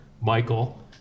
Michael